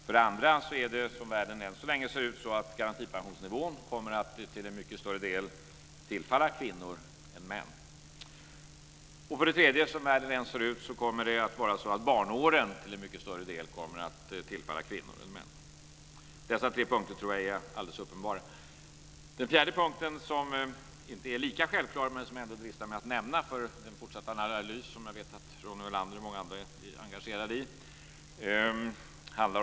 För det andra kommer garantipensionsnivån, så länge som världen ser ut som den gör, till en mycket större del att tillfalla kvinnor än män. För det tredje kommer barnåren till en mycket större del att tillfalla kvinnor än män. Dessa tre punkter är alldeles uppenbara. Den fjärde punkten är inte lika självklar, men jag dristar mig ändå att nämna den, inför den fortsatta analys som jag vet att Ronny Olander och många andra blir engagerade i.